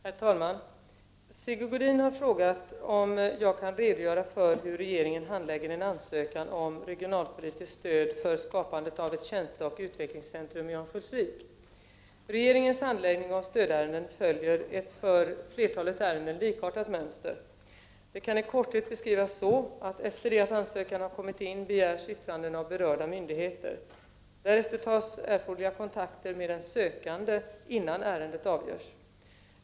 Herr talman! Sigge Godin har frågat om jag kan redogöra för hur regeringen handlägger en ansökan om regionalpolitiskt stöd för skapandet av ett tjänsteoch utvecklingscentrum i Örnsköldsvik. Regeringens handläggning av stödärenden följer ett för flertalet ärenden likartat mönster. Detta kan i korthet beskrivas så, att efter det att ansökan har inkommit begärs yttranden av berörda myndigheter. Därefter tas erforderliga kontakter med den sökande innan ärendet avgörs.